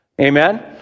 Amen